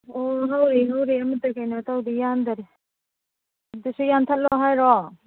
ꯑꯣ ꯍꯧꯔꯤ ꯍꯧꯔꯤ ꯑꯃꯠꯇ ꯀꯩꯅꯣ ꯇꯧꯗꯦ ꯌꯥꯟꯗꯔꯤ ꯑꯗꯨꯁꯨ ꯌꯥꯟꯊꯠꯂꯣ ꯍꯥꯏꯔꯣ